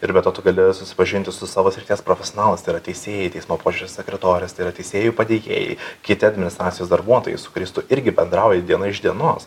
ir be to tu gali susipažinti su savo srities profesionalas tai yra teisėjai teismo posėdžių sekretorės tai yra teisėjų padėjėjai kiti administracijos darbuotojai sukristų irgi bendrauji diena iš dienos